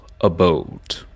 abode